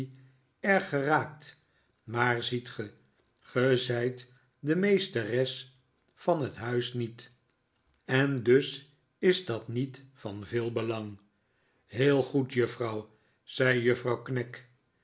maar ziet ge ge zijt de meesteres van het huis niet en dus is dat niet van veel belang heel goed juffrouw zei juffrouw